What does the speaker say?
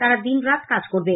তারা দিন রাত কাজ করবে